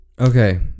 okay